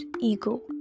ego